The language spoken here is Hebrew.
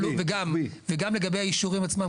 וגם לגבי האישורים עצמם,